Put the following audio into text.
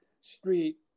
Street